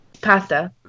pasta